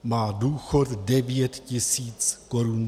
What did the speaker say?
Má důchod 9 tisíc korun.